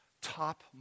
top